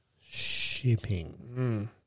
Shipping